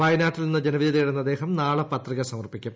വയനാട്ടിൽ നിന്ന് ജനവിധി തേടുന്ന അദ്ദേഹം നാളെ പത്രിക സമർപ്പിക്കും